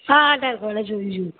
હા હા સાહેબ ભલે જોયું જોયું